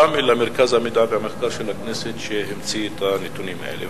אלא מרכז המידע והמחקר של הכנסת המציא את הנתונים האלה.